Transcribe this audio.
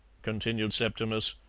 continued septimus,